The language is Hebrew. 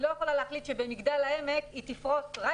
היא לא יכולה להחליט שבמגדל העמק היא תפרוס רק